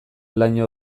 laino